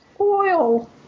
Oil